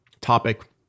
topic